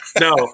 No